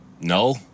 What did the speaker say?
No